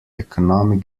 economic